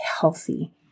healthy